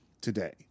today